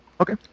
Okay